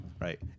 right